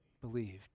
Believed